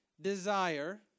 desire